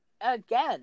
again